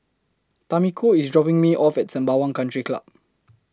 Tamiko IS dropping Me off At Sembawang Country Club